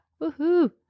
woohoo